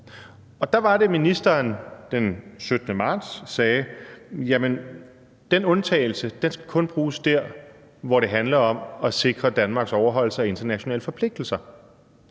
Og der var det, ministeren den 17. marts sagde: Jamen den undtagelse skal kun bruges der, hvor det handler om at sikre Danmarks overholdelse af internationale forpligtelser.